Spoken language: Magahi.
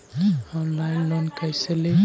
ऑनलाइन लोन कैसे ली?